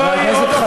זוהי עוד הוכחה,